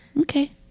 Okay